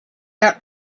out